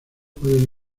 pueden